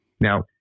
Now